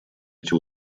эти